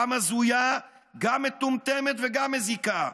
גם הזויה, גם מטומטמת וגם מזיקה.